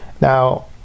now